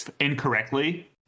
incorrectly